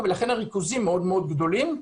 ולכן הריכוזים הם מאוד מאוד גדולים.